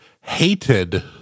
hated